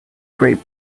great